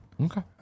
Okay